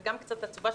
וגם קצת עצובה,